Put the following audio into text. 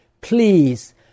Please